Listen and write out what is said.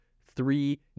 three